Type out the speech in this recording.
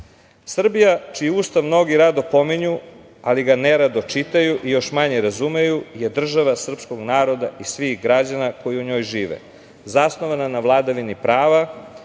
čiji Ustav mnogo rado pominju, ali ga ne rado čitaju, još manje razumeju je država srpskog naroda i svih građana koji u njoj žive, zasnovana na vladavini prava